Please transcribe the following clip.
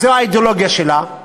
זו האידיאולוגיה שלה,